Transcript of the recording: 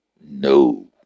No